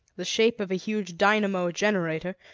the shape of a huge dynamo-generator,